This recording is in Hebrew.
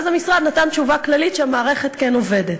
ואז המשרד נתן תשובה כללית שהמערכת כן עובדת.